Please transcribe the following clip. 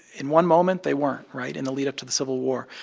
in one moment, they weren't right? in the lead up to the civil war.